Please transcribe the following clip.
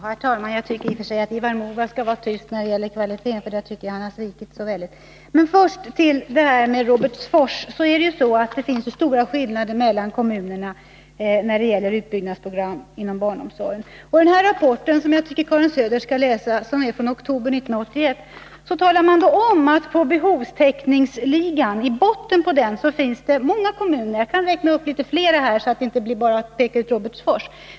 Herr talman! Jag tycker i och för sig att Ivar Nordberg skall vara tyst beträffande kvaliteten, för där anser jag att han har svikit mycket. Men först beträffande Robertsfors: Det finns stora skillnader mellan kommunerna när det gäller utbyggnadsprogram inom barnomsorgen. Den rapport som vi talade om tycker jag att Karin Söder skall läsa. Den är från oktober 1980, och där säger man att det i botten på behovstäckningsligan finns många kommuner. Jag kan räkna upp flera, så att jag inte bara pekar ut Robertsfors.